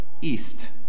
east